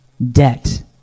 Debt